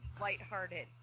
lighthearted